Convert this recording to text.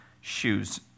shoes